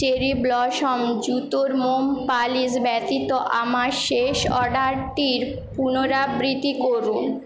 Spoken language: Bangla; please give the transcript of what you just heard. চেরি ব্লসম জুতোর মোম পালিশ ব্যতীত আমার শেষ অর্ডারটির পুনরাবৃত্তি করুন